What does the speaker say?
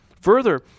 Further